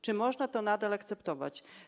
Czy można to nadal akceptować?